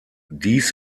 dies